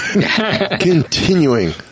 Continuing